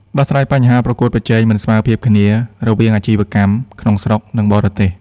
ដោះស្រាយបញ្ហាប្រកួតប្រជែងមិនស្មើភាពគ្នា រវាងអាជីវកម្មក្នុងស្រុក និងបរទេស។